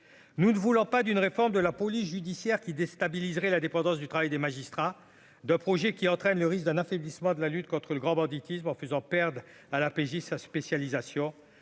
nous ne voulons pas d'une réforme de la police judiciaire qui déstabiliserait la dépendance du travail des magistrats de projets qui entraîne le risque d'un affaiblissement de la lutte contre le grand banditisme, refusant perdent à la PJ sa spécialisation